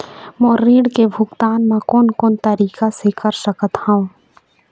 मोर ऋण के भुगतान म कोन कोन तरीका से कर सकत हव?